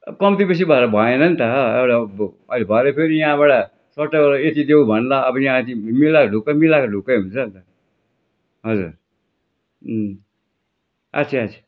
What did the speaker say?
अब कम्ती बेसी भएर भएन नि त एउटा अब अहिले भरै फेरि यहाँबाट सट्टै गएर यति देऊँ भनला अब यहाँ यति मिलाएर ढुक्कै मिलाएर ढुक्कै हुन्छ नि त हजुर अच्छा अच्छा